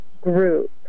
Group